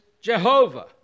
Jehovah